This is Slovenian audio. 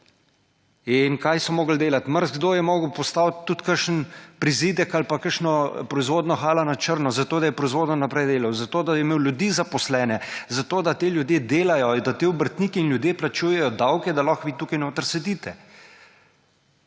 In kaj so morali delati? Marsikdo je moral postaviti tudi kakšen prizidek ali pa kakšno proizvodno halo na črno, zato da je s proizvodnjo naprej delal, zato da je imel ljudi zaposlene, zato da ti ljudje delajo, da ti obrtniki in ljudje plačujejo davke, da lahko vi tukaj notri sedite.